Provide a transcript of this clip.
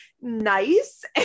nice